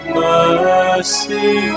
mercy